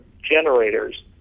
generators